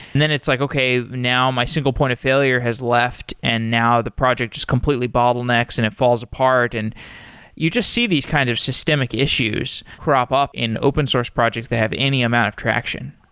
and then it's like, okay, now my single point of failure has left and now the project just completely bottlenecks and it falls apart. and you just see these kind of systemic issues crop up in open-source projects that have any amount of traction.